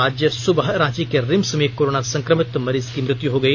आज सुबह रांची के रिम्स में एक कोरोना संक्रमित मरीज की मृत्यु हो गई